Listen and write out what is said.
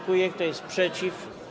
Kto jest przeciw?